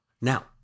Now